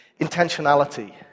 intentionality